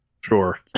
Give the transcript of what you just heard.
Sure